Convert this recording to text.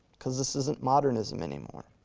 cause this isn't modernism anymore.